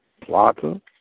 Plata